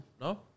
no